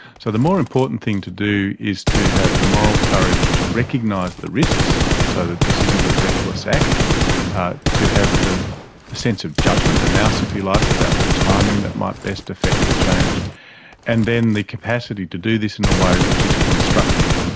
so the more important thing to do is to have the moral courage to recognise the risks, so that this isn't a reckless act ah to have the sense of judgement, the nous, so if you like, about the timing that might best effect the change and then the capacity to do this in a way which is constructive,